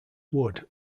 wood